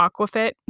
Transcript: Aquafit